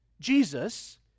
Jesus